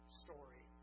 story